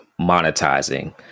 monetizing